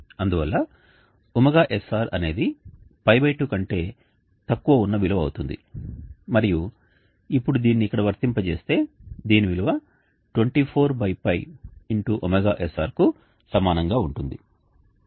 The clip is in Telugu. అందువల్ల ωsr అనేది π2 కంటే తక్కువ ఉన్న విలువ అవుతుంది మరియు ఇప్పుడు దీన్ని ఇక్కడ వర్తింపజేస్తే దీని విలువ 24π ωsr కు సమానంగా ఉంటుంది